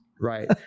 Right